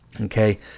Okay